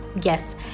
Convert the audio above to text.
Yes